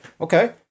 Okay